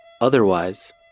Otherwise